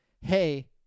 hey